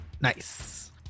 Nice